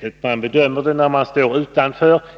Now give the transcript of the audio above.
väl den bedömningen, när man står utanför.